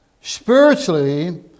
Spiritually